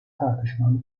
tartışmalı